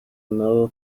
nabo